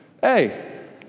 Hey